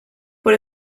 por